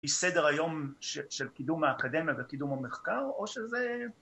‫היא סדר היום של קידום האקדמיה ‫וקידום המחקר, או שזה...